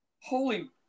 Holy